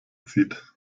zieht